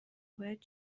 باید